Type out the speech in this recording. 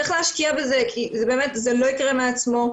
צריך להשקיע בזה, כי זה לא יקרה מעצמו.